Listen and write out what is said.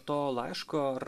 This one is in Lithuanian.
to laiško ar